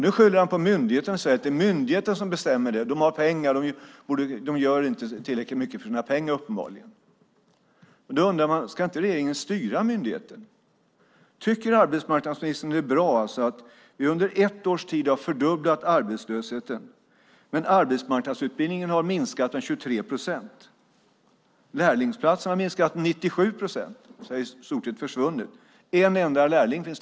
Nu skyller han på myndigheten och säger att det är myndigheten som bestämmer det, att de har pengar och att de, uppenbarligen, inte gör tillräckligt mycket för sina pengar. Då undrar jag: Ska inte regeringen styra myndigheten? Tycker arbetsmarknadsministern att det är bra att vi under ett års tid har fördubblat arbetslösheten? Men arbetsmarknadsutbildningen har minskat med 23 procent, och antalet lärlingsplatser har minskat med 97 procent och har i stort sett försvunnit. Det finns en enda lärling kvar.